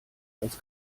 als